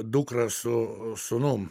dukrą su sūnum